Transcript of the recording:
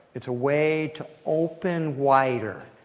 it's a way to open wider.